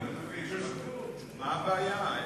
אני לא מבין, מה הבעיה?